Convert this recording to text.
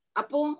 apo